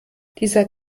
dieser